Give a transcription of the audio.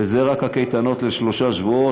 וזה רק הקייטנות לשלושה שבועות,